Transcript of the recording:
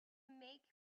make